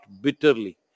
bitterly